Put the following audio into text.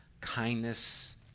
kindness